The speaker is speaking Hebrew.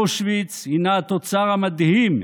אושוויץ הינה התוצר המדהים,